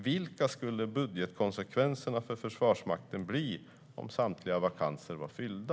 Vilka skulle budgetkonsekvenserna bli för Försvarsmakten om samtliga vakanser var fyllda?